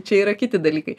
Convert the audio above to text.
čia yra kiti dalykai